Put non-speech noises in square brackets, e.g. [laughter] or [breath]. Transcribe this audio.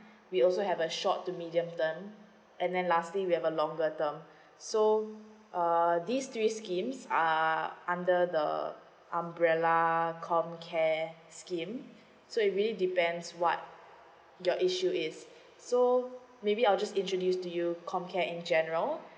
we also have a short two medium term and then lastly we have a longer term [breath] so uh these three schemes are under the umbrella com care scheme so it really depends what your issue is so maybe I'll just introduce to you com care in general